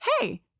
hey